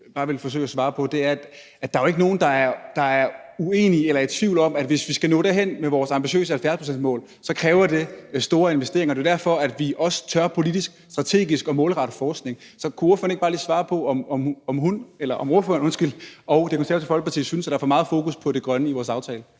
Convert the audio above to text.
bare ville forsøge at svare på det. Der er jo ikke nogen, der er uenige i eller i tvivl om, at hvis vi skal nå derhen med vores ambitiøse 70-procentsreduktionsmål, så kræver det store investeringer. Det er derfor, at vi også politisk og strategisk tør målrette forskningen. Så kunne ordføreren ikke bare lige svare på, om ordføreren og Det Konservative Folkeparti synes, at der er for meget fokus på det grønne i vores aftale?